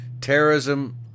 Terrorism